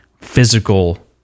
physical